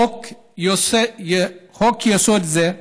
חוק-יסוד זה,